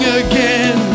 again